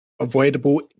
avoidable